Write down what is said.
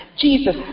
Jesus